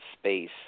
space